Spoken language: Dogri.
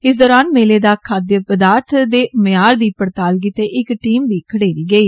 इस दौरान मेले च खाद पर्दाथ दे मयार दी पड़ताल गित्तै इक टींम बी खडेरी गेई